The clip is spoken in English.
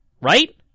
right